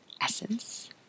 essence